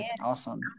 awesome